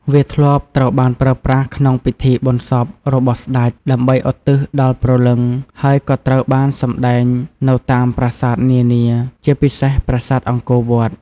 វាធ្លាប់ត្រូវបានប្រើប្រាស់ក្នុងពិធីបុណ្យសពរបស់ស្ដេច ដើម្បីឧទ្ទិសដល់ព្រលឹង ហើយក៏ត្រូវបានសម្ដែងនៅតាមប្រាសាទនានា ជាពិសេសប្រាសាទអង្គរវត្ត។